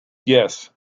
yes